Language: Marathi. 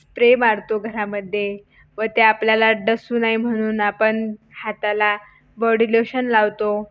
स्प्रे मारतो घरामध्ये व ते आपल्याला डसू नये म्हणून आपण हाताला बॉडी लोशन लावतो